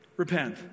Repent